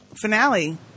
finale